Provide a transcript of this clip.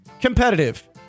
Competitive